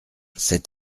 cet